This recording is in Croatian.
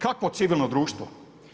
Kakvo civilno društvo?